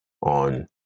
on